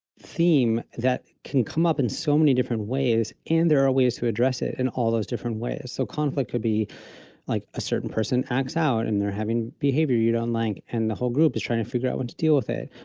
theme that can come up in so many different ways. and there are ways to address it in all those different ways. so conflict could be like a certain person acts out, and they're having behavior you don't like and the whole group is trying to figure out what to do with it,